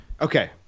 Okay